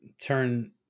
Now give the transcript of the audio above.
turn